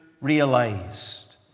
realized